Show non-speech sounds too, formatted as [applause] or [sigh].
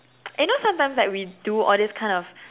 [noise] you know sometimes like we do all this kind of